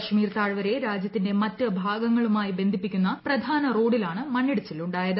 കശ്മീർ താഴ്വരയെ രാജ്യത്തിന്റെ മറ്റു ഭാഗങ്ങളുമായി ബന്ധിപ്പിക്കുന്ന പ്രധാന റോഡിലാണ് മണ്ണിടിച്ചിൽ ഉണ്ടായത്